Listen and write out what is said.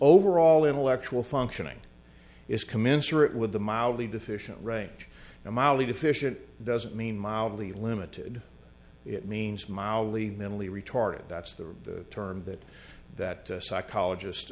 overall intellectual functioning is commensurate with the mildly deficient range and molly deficient doesn't mean mildly limited it means mildly mentally retarded that's the term that that psychologist